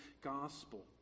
Gospel